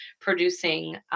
producing